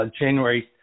January